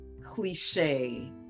cliche